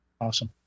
Awesome